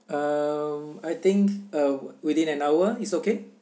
uh I think uh within an hour is okay